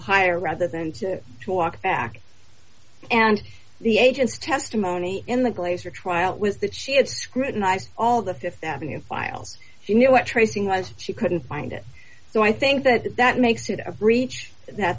higher rather than to walk back and the agents testimony in the place or trial was that she had scrutinized all the th avenue files you know what tracing eyes she couldn't find it so i think that that makes it a breach that